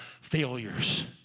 failures